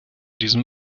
diesem